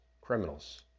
criminals